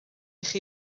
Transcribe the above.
chi